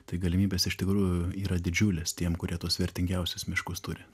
tai galimybės iš tikrųjų yra didžiulės tiem kurie tuos vertingiausius miškus turi